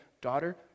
daughter